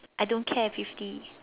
I don't care fifty